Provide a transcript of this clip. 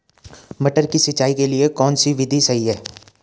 मटर की सिंचाई के लिए कौन सी विधि सही है?